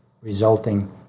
resulting